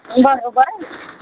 બરાબર